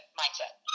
mindset